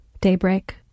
daybreak